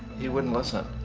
he woudn't listen.